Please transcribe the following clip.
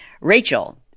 Rachel